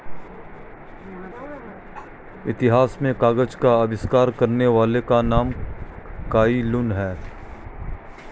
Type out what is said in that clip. इतिहास में कागज का आविष्कार करने वाले का नाम काई लुन है